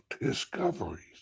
discoveries